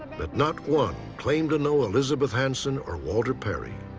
but not one claimed to know elizabeth hanson or walter perry.